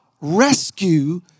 rescue